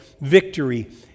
Victory